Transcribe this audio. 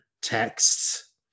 texts